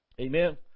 Amen